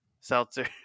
seltzer